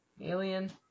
alien